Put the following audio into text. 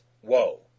whoa